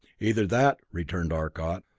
either that, returned arcot,